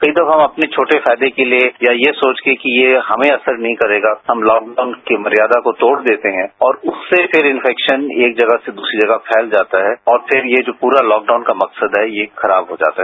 कई दफा हम अपने छोटे फायदे के लिए या ये सोचकर कि ये हमें असर नहीं करेगा हम लॉकडाउन की मर्यादा को तोड़ देते हैं और उससे फिर इन्फेक्शन एक जगह से द्रसरी जगह फैल जाता है और फिर ये जो प्ररा लॉकडाउन का मकसद है ये खराब हो जाता है